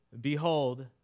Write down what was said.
Behold